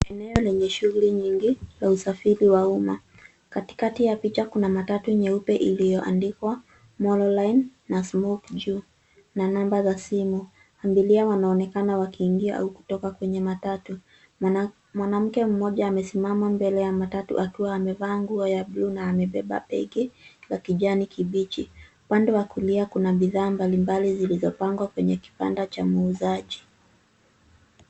Eneo lenye shughuli nyingi za usafiri wa umma. Katikati ya picha kuna matatu nyeupe iliyoandikwa MoloLine na juu kuna namba za simu. Abiria wanaonekana wakiingia au kutoka kwenye ya matatu. Mwanamke mmoja amesimama mbele ya matatu, akiwa amevaa nguo ya buluu na amebeba begi za kijani kibichi. Upande wa kando, kuna bidhaa mbalimbali zilizopangwa kwenye kibanda cha muuzaji.